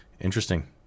interesting